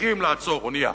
דרכים לעצור אונייה,